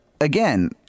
again